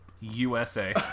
USA